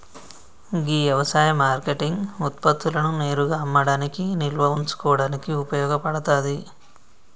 గీ యవసాయ మార్కేటింగ్ ఉత్పత్తులను నేరుగా అమ్మడానికి నిల్వ ఉంచుకోడానికి ఉపయోగ పడతాది